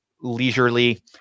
leisurely